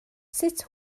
sut